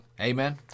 Amen